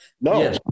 No